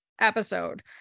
episode